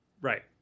Right